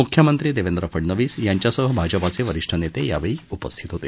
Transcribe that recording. मुख्यमंत्री देवेंद्र फडनवीस यांच्यासह भाजपाचे वरिष्ठ नेते यावेळी उपस्थित होते